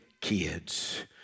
kids